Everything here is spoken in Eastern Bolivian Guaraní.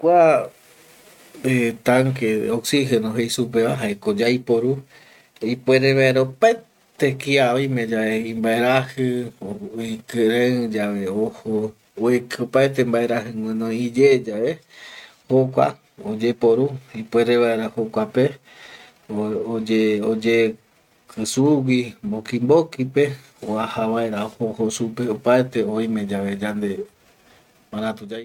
Kua eh tanque oxigeno jei supeva jaeko yaiporu ipuere vaera opaete kia oime yave kia imbaeraji o ikirei yave ojo oeki opaete mbaeraji guinoi iye yae jokua oyeporu ipuere vaera jokuape oyeki sugui mboki mbokipe oaja vaera ojo ojo supe opaete ome yave yande maratu yaiko